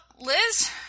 liz